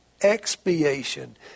expiation